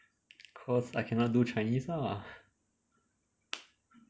cause I cannot do chinese lah